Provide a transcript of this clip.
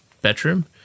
bedroom